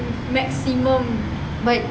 maximum but